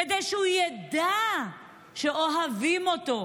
כדי שהוא ידע שאוהבים אותו,